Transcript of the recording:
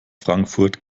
frankfurt